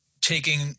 taking